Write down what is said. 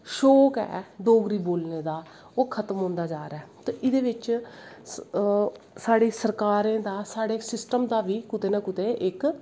शौंक ऐ डोगरी बोलनें दा ओह् शत्म होंदा जा दा ऐ ते एह्दे बिच्च साढ़ी सरकारें दा साढ़े सिस्टम दा बी कुते ना कुते इक